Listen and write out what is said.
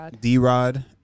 D-Rod